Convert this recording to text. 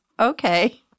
okay